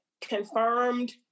confirmed